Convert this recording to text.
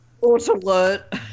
Auto-alert